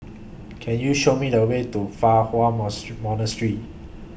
Can YOU Show Me The Way to Fa Hua Monastery